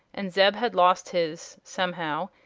and zeb had lost his, somehow,